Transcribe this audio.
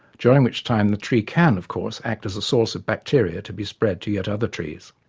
during which time the tree can, of course, act as a source of bacteria to be spread to yet other trees.